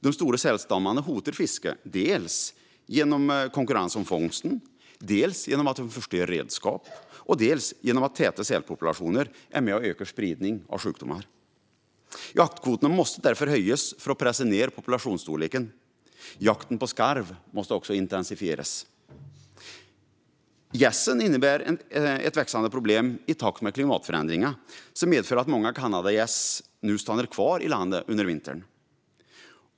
De stora sälstammarna hotar fisket, dels genom konkurrens om fångsten, dels genom att de förstör redskap, dels genom att täta sälpopulationer ökar spridningen av sjukdomar. Jaktkvoterna måste därför höjas för att pressa ned populationsstorleken. Jakten på skarv måste också intensifieras. Gässen innebär ett växande problem i takt med klimatförändringen, som medför att många kanadagäss nu stannar kvar i landet under vintern.